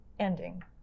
ending